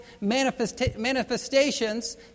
manifestations